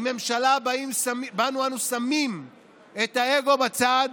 היא ממשלה שבה אנו שמים את האגו בצד,